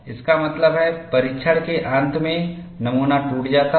इसका मतलब है परीक्षण के अंत में नमूना टूट जाता है